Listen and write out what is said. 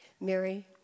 Mary